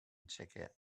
ticket